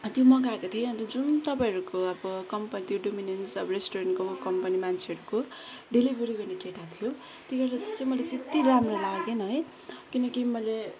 त्यो मगाएको थिएँ अन्त जुन तपाईँहरूको अब कम्पनि त्यो डोमिन्सहरू रेस्टुरेन्टमा काम गर्ने मान्छेहरूको डेलिभेरी गर्ने केटा थियो त्यो केटा चाहिँ मैले त्यति राम्रो लागेन है किनकि मैले